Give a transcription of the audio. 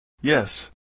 Yes